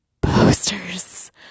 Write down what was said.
posters